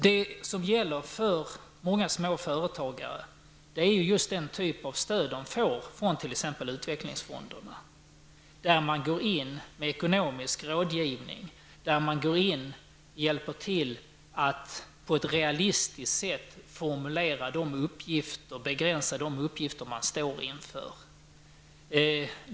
Det väsentliga för många småföretagare är just den typ av stöd som de får av t.ex. utvecklingsfonderna, som går in med ekonomisk rådgivning och hjälper till att på ett realistiskt sätt formulera och begränsa de uppgifter som man står inför.